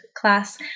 class